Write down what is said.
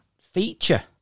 feature